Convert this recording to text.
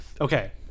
Okay